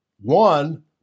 one